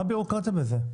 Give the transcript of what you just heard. מה בירוקרטיה בזה?